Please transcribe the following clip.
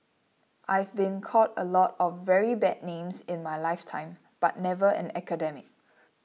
I've been called a lot of very bad names in my lifetime but never an academic